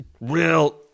real